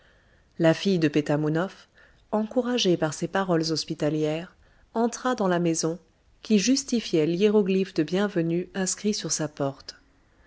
la fille de pétamounoph encouragée par ces paroles hospitalières entra dans la maison qui justifiait l'hiéroglyphe de bienvenue inscrit sur sa porte